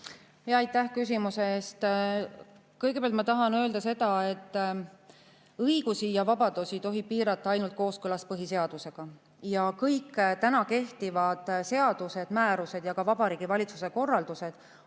Aitäh küsimuse eest! Kõigepealt ma tahan öelda seda, et õigusi ja vabadusi tohib piirata ainult kooskõlas põhiseadusega. Kõik kehtivad seadused, määrused ja ka Vabariigi Valitsuse korraldused on